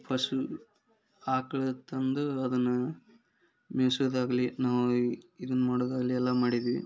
ಪಶು ಆಕಳು ತಂದು ಅದನ್ನು ಮೇಯ್ಸುದಾಗ್ಲಿ ನಾವು ಈ ಇದನ್ನು ಮಾಡೋದಾಗ್ಲಿ ಎಲ್ಲ ಮಾಡಿದ್ವಿ